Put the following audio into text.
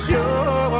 Sure